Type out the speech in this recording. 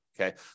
Okay